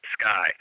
sky